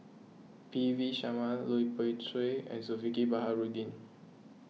P V Sharma Lui Pao Chuen and Zulkifli Baharudin